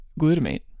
glutamate